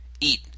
Eat